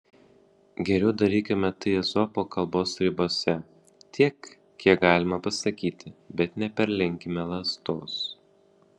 geriau darykime tai ezopo kalbos ribose tiek kiek galima pasakyti bet neperlenkime lazdos